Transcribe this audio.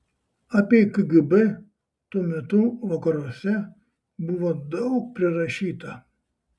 apie kgb tuo metu vakaruose buvo daug prirašyta